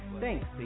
Thanks